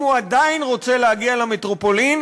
אם הוא עדיין רוצה להגיע למטרופולין,